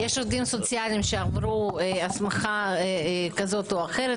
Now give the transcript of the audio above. יש עובדים סוציאליים שעברו הסמכה כזאת או אחרת,